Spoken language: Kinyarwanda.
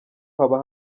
haba